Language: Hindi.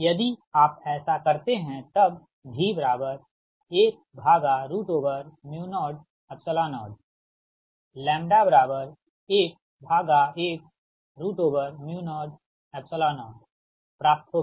यदि आप ऐसा करते हैं तबv1u00 1fu00 प्राप्त होगी